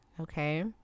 Okay